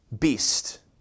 beast